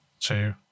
two